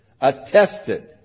attested